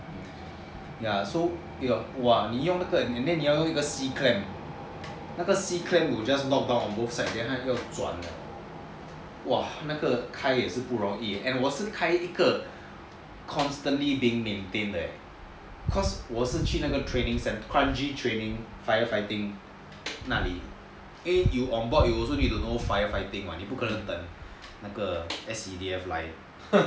ya so 你弄那个你需要用一个 C clamp 那个 C clamp will just lock down on both sides then 要转 !wah! 那个开也是不容易 and 我是开一个 constantly being maintained 的 leh cause 我是去那个 kranji training fire fighting 那里因为你 onboard you also need to know fire fighting [what] 不可能等 S_C_D_F 来